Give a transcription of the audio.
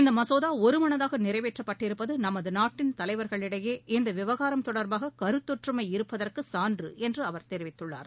இந்த மசோதா ஒருமனதாக நிறைவேற்றப்பட்டிருப்பது நமது நாட்டின் தலைவர்களிடையே இவ்விவகாரம் தொடர்பாக கருத்தொற்றுமை இருப்பதற்கு சான்று என்று அவர் தெரிவித்துள்ளார்